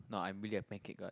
no I'm really a pancake god